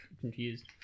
confused